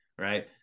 right